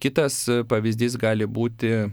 kitas pavyzdys gali būti